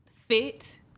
fit